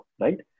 right